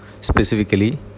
specifically